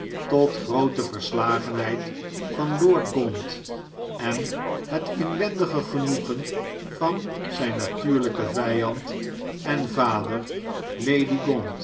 tot groote verslagenheid van lord gaunt en het inwendige genoegen van zijn natuurlijken vijand en vader lady